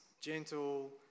Gentle